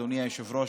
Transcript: אדוני היושב-ראש,